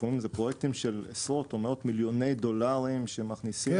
הסכומים זה פרויקטים של עשרות או מאות מיליוני דולרים שמכניסים כסף.